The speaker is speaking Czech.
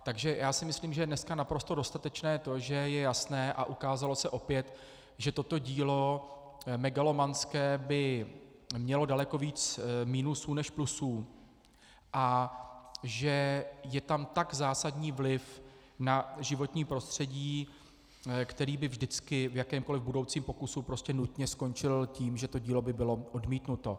Takže si myslím, že je dneska naprosto dostatečné to, že je jasné a ukázalo se opět, že toto megalomanské dílo by mělo daleko víc minusů než plusů a že je tam tak zásadní vliv na životní prostředí, který by vždycky, v jakémkoliv budoucím pokusu, nutně skončil tím, že to dílo by bylo odmítnuto.